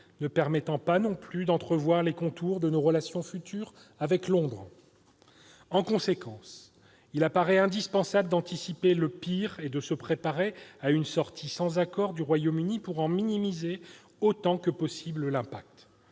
levé et empêche toujours d'entrevoir les contours de nos relations futures avec Londres. En conséquence, il apparaît indispensable d'anticiper le pire et de se préparer à un retrait sans accord, afin d'en minimiser autant que possible l'impact.